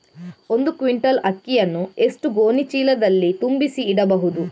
ಒಂದು ಕ್ವಿಂಟಾಲ್ ಅಕ್ಕಿಯನ್ನು ಎಷ್ಟು ಗೋಣಿಚೀಲದಲ್ಲಿ ತುಂಬಿಸಿ ಇಡಬಹುದು?